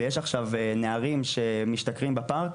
ויש עכשיו נערים שמשתכרים בפארק,